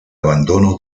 abandono